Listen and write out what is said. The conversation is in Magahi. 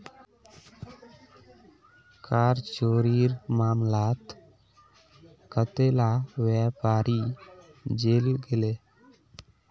कर चोरीर मामलात कतेला व्यापारी जेल गेल